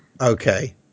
okay